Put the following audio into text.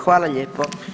Hvala lijepo.